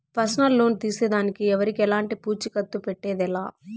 personal loan తీసేదానికి ఎవరికెలంటి పూచీకత్తు పెట్టేదె లా